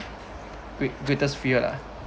great greatest fear lah